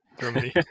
Germany